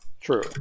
True